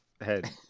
head